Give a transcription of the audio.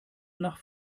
nach